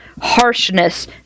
harshness